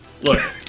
Look